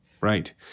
Right